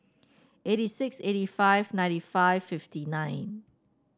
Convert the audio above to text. eighty six eighty five ninety five fifty nine